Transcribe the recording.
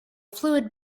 fluid